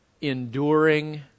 enduring